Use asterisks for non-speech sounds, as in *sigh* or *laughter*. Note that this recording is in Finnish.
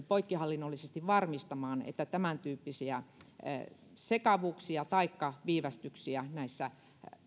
*unintelligible* poikkihallinnollisesti varmistamaan että tämäntyyppisiä sekavuuksia taikka viivästyksiä näissä